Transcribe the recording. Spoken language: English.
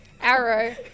arrow